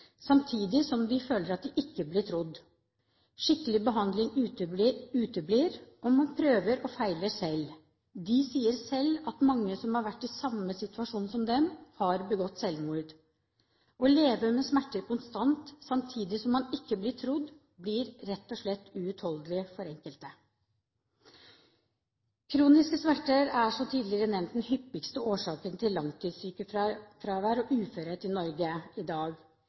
samtidig som de føler at de ikke blir trodd. Skikkelig behandling uteblir, og man prøver og feiler selv. De sier selv at mange som har vært i samme situasjon som dem, har begått selvmord. Å leve med smerter konstant samtidig som man ikke blir trodd, blir rett og slett uutholdelig for enkelte. Kroniske smerter er, som tidligere nevnt, den hyppigste årsaken til langtidssykefravær og uførhet i Norge i dag.